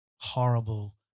horrible